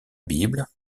bible